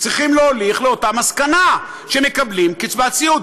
צריכים להוליך לאותה מסקנה, שמקבלים קצבת סיעוד.